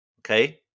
Okay